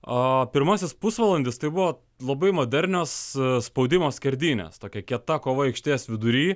o pirmasis pusvalandis tai buvo labai modernios spaudimo skerdynės tokia kieta kova aikštės vidury